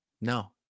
no